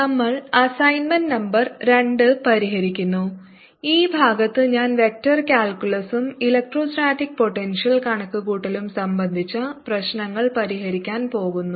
നമ്മൾ assignment number 2 പരിഹരിക്കുന്നു ഈ ഭാഗത്ത് ഞാൻ വെക്റ്റർ കാൽക്കുലസും ഇലക്ട്രോസ്റ്റാറ്റിക് പോട്ടെൻഷ്യൽ കണക്കുകൂട്ടലും സംബന്ധിച്ച പ്രശ്നങ്ങൾ പരിഹരിക്കാൻ പോകുന്നു